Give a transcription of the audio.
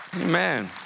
Amen